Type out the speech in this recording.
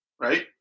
right